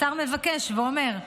השר מבקש ואומר: